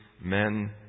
men